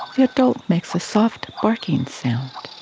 the adult makes a soft barking sound.